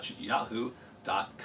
yahoo.com